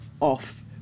off